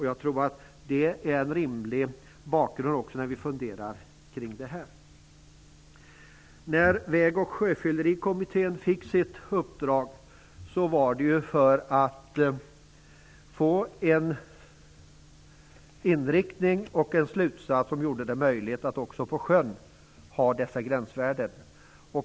Jag tror att det är en rimlig bakgrund när vi funderar kring denna fråga. När Väg och sjöfyllerikommittén fick sitt uppdrag var der för att få en inriktning som gjorde det möjligt att också på sjön ha gränsvärden.